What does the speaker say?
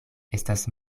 estas